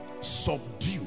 subdue